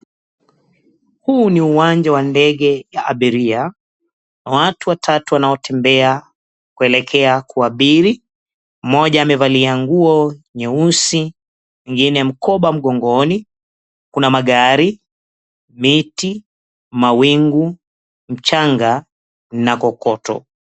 Huo ni uwanja wa ndege ya abiria. Watu watatu wanaotembea kuelekea kuabiri mmoja amevalia nguo nyweusi, mwengine mkoba mgongoni. Kuna magari, miti, mawingu, mchanga na kokoto.